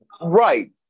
Right